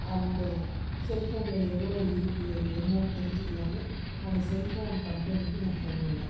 அந்த செல்ஃபோனில் எவ்வளோ இருக்குது என்னென்னு தெரிஞ்சிக்கலான்னு அந்த செல்ஃபோன் கம்பெனிக்கு நான் ஃபோன் பண்ணேன்